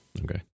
Okay